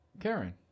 karen